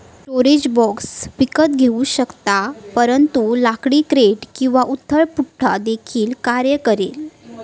storage box विकत घेऊ शकतात परंतु लाकडी क्रेट किंवा उथळ पुठ्ठा देखील कार्य करेल